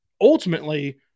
ultimately